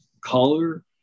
color